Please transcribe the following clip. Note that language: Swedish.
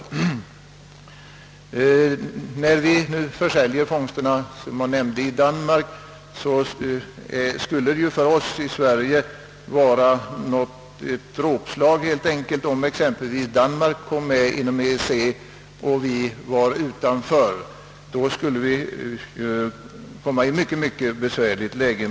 Eftersom vi nu försäljer fångsterna i Danmark, skulle det ju för oss i Sverige vara ett dråpslag, om Danmark komme med i EEC och vårt land stode utanför. Då skulle den svenska fiskerinäringen komma i ett mycket besvärligt läge.